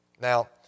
Now